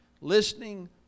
listening